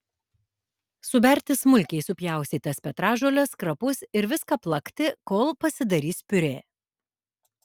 suberti smulkiai supjaustytas petražoles krapus ir viską plakti kol pasidarys piurė